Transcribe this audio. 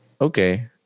okay